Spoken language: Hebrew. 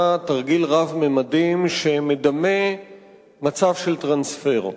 תרגיל רב-ממדים שמדמה מצב של טרנספר.